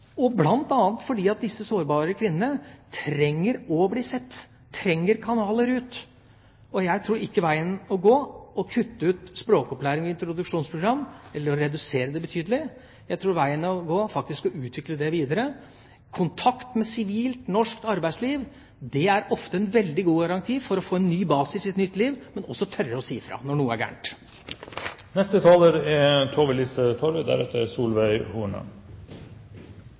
disse sårbare kvinnene trenger å bli sett, trenger kanaler ut. Jeg tror ikke veien å gå er å kutte ut språkopplæring og introduksjonsprogram, eller å redusere det betydelig. Jeg tror veien å gå er å utvikle det videre. Kontakt med sivilt norsk arbeidsliv er ofte en veldig god garanti for å få en ny basis i sitt liv, men også å tørre å si fra når noe er